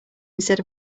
instead